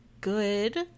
good